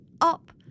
up